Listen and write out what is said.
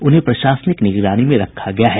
उन्हें प्रशासनिक निगरानी में रखा गया है